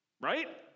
Right